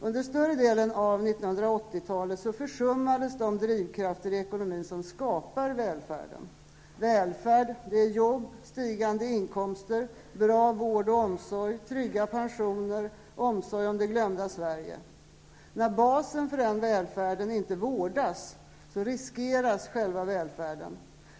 Under större delen av 1980-talet försummades de drivkrafter i ekonomin som skapar välfärd. Välfärd är jobb, stigande inkomster, bra vård och omsorg, trygga pensioner, omsorg om det glömda Sverige. När basen för denna välfärd inte vårdas, riskeras själva välfärden.